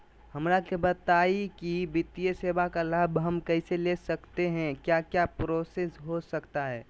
हमरा के बताइए की वित्तीय सेवा का लाभ हम कैसे ले सकते हैं क्या क्या प्रोसेस हो सकता है?